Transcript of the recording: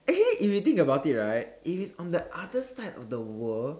actually if you think about it right if it's on the other side of the world